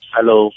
Hello